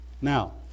Now